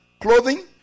clothing